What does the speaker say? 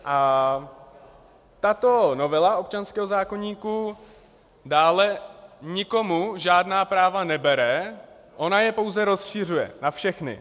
A tato novela občanského zákoníku dále nikomu žádná práva nebere, ona je pouze rozšiřuje na všechny.